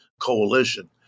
coalition